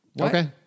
Okay